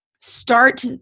start